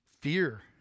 Fear